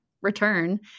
return